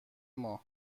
ماه